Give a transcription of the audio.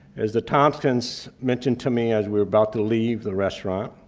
as the thompsons mentioned to me as we were about to leave the restaurant,